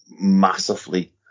massively